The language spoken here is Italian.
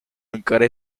ancora